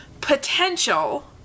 potential